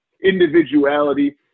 individuality